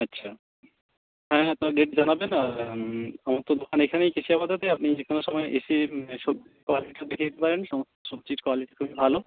আচ্ছা হ্যাঁ আপনার ডেট জানাবেন আর আমার তো দোকান এইখানেই কেশিয়াপাতাতে আপনি যেকোনও সময় এসে সবজির কোয়ালিটিও দেখে যেতে পারেন সমস্ত সবজির কোয়ালিটি খুবই ভালো